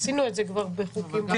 עשינו את זה כבר בחוקים אחרים.